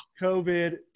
COVID